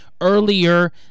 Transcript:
earlier